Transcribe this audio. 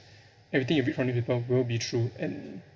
everything you read from newspaper will be true and